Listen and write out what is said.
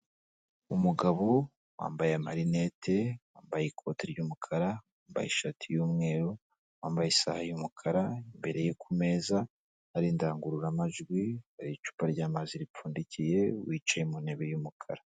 Umugabo wambaye marinete, wambaye ikoti ry'umuka, wambaye ishati yumweru, wambaye isaha y'umukara, imbere ye kumeza hari indangururamajwi, imbere ye icupa ry'amazi ripfundikiye, wicaye mu ntebe y'umukara.